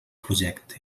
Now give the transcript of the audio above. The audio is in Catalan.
projecte